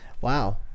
Wow